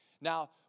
Now